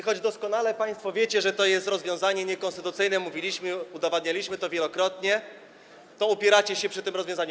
Choć doskonale państwo wiecie, że to jest rozwiązanie niekonstytucyjne, mówiliśmy o tym i udowadnialiśmy to wielokrotnie, to upieracie się przy tym rozwiązaniu.